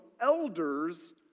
elders